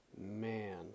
Man